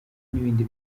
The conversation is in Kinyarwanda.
n’ibindi